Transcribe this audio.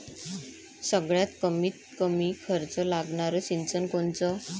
सगळ्यात कमीत कमी खर्च लागनारं सिंचन कोनचं?